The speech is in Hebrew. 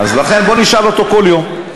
לכן בוא נשאל אותו כל יום.